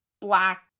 black